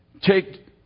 take